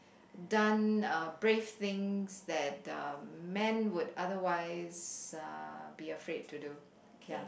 done uh brave things that um men would otherwise uh be afraid to do ya